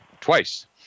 twice